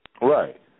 Right